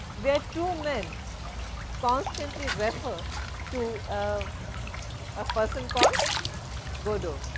where two men constantly refer to a ah person called godot,